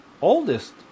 oldest